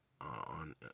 on